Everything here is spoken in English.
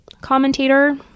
commentator